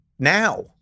now